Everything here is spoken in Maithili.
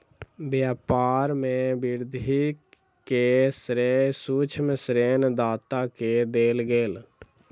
व्यापार में वृद्धि के श्रेय सूक्ष्म ऋण दाता के देल गेल